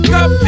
up